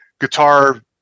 guitar